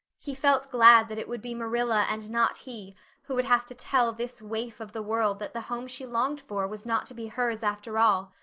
he felt glad that it would be marilla and not he who would have to tell this waif of the world that the home she longed for was not to be hers after all.